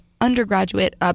undergraduate